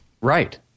Right